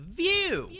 view